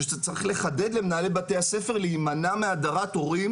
צריך לחדד למנהלי בתי ספר להימנע מהדרת הורים